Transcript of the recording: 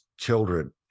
children